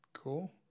cool